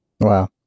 Wow